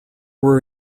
were